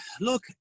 look